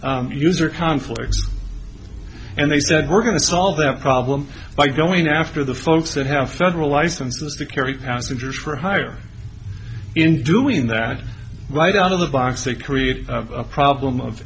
user conflicts and they said we're going to solve their problem by going after the folks that have federal licenses to carry passengers for hire in doing that right out of the box they create a problem of